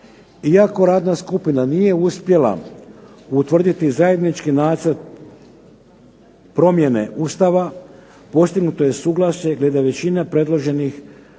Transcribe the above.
Iako radna skupina nije uspjela utvrditi zajednički nacrt promjene Ustava postignuto je suglasje glede većine predloženih